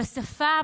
בשפה,